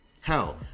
Hell